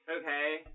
Okay